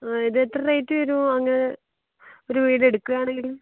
ആ ഇത് എത്ര റേറ്റ് വരുവോ അങ്ങനെ ഒരു വീട് എടുക്കുവാണെങ്കിൽ